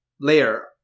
layer